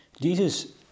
Jesus